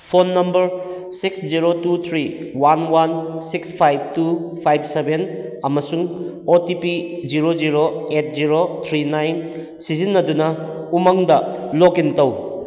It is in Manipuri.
phone number six zero two three one one six five two five seven ꯑꯃꯁꯨꯡ O T P zero zero eight zero three nine ꯁꯤꯖꯤꯟꯅꯗꯨꯅ ꯎꯃꯪꯗ ꯂꯣꯛꯏꯟ ꯇꯧ